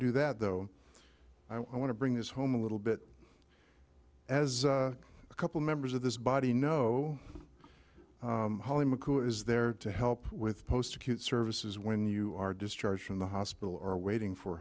do that though i want to bring this home a little bit as a couple members of this body know holly mcu is there to help with post acute services when you are discharged from the hospital or waiting for